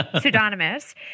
Pseudonymous